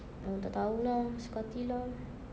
oh tak tahu lah suka hati lah